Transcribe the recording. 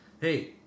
Hey